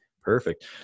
Perfect